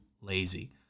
lazy